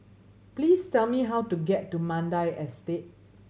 please tell me how to get to Mandai Estate